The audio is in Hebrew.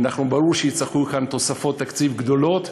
ברור שיצטרכו כאן תוספות תקציב גדולות.